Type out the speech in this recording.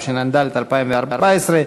התשע"ד 2014,